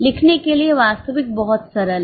लिखने के लिए वास्तविक बहुत सरल है